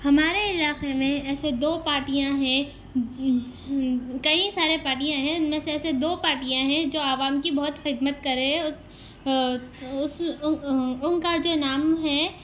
ہمارے علاقے میں ایسے دو پارٹیاں ہیں کئی سارے پارٹیاں ہیں ان میں سے ایسے دو پارٹیاں ہیں جو عوام کی بہت خدمت کرے اس اس ان کا جو نام ہے